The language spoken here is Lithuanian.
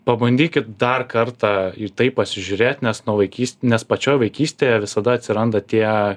pabandykit dar kartą į tai pasižiūrėt nes nuo vaikys nes pačioj vaikystėje visada atsiranda tie